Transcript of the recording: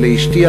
לאשתי,